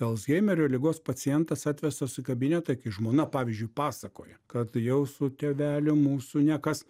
alzhaimerio ligos pacientas atvestas į kabinetą kai žmona pavyzdžiui pasakoja kad jau su tėveliu mūsų nekas